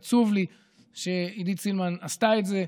עצוב לי שעידית סילמן עשתה את זה.